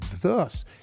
Thus